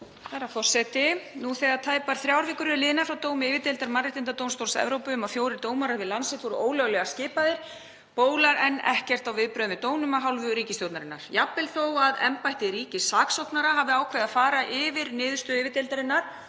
Herra forseti. Nú þegar tæpar þrjár vikur eru liðnar frá dómi yfirdeildar Mannréttindadómstóls Evrópu um að fjórir dómarar við Landsrétt hafi verið ólöglega skipaðir, bólar enn ekkert á viðbrögð við dómnum af hálfu ríkisstjórnarinnar. Jafnvel þó að embætti ríkissaksóknara hafi ákveðið að fara yfir niðurstöðu yfirdeildarinnar